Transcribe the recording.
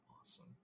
awesome